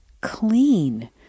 clean